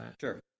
Sure